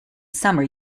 summer